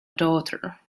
daughter